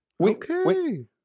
Okay